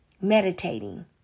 meditating